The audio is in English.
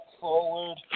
forward